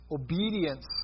obedience